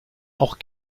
auch